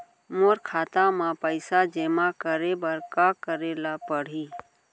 मोर खाता म पइसा जेमा करे बर का करे ल पड़ही?